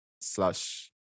slash